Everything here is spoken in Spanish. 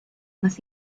más